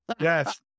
Yes